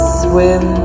swim